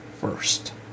first